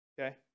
Okay